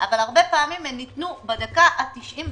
אבל הרבה פעמים הן ניתנו בדקה ה-99,